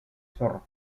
zorro